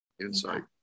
insight